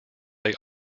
they